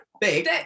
big